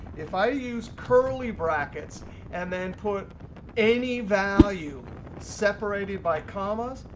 if i use curly brackets and then put any value separated by commas,